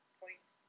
points